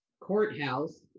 courthouse